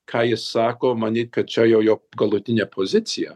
ką jis sako manyt kad čia jau jo galutinė pozicija